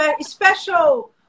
special